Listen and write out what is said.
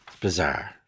Bizarre